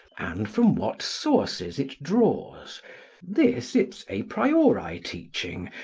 and from what sources it draws this its a priori teaching,